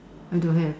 I don't have